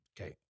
Okay